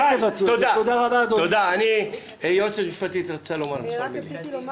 ואני שותף וגאה שהייתי שותף